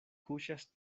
kuŝas